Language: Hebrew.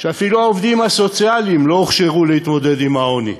הוא שאפילו העובדים הסוציאליים לא הוכשרו להתמודד עם העוני.